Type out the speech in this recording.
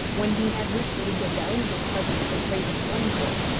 when he had received a valuable present for praising one book,